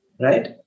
right